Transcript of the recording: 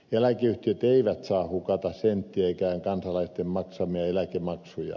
eläkeyhtiöt eivät saa hukata senttiäkään kansalaisten maksamia eläkemaksuja